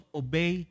obey